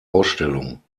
ausstellung